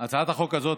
הצעת החוק הזאת,